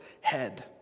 head